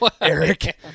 Eric